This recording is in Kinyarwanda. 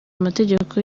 amategeko